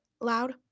loud